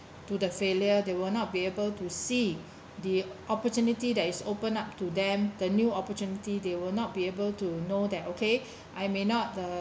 to the failure they will not be able to see the opportunity that is open up to them the new opportunity they will not be able to know that okay I may not the